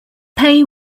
pei